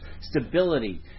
stability